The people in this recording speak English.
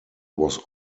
was